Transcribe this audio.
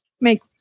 make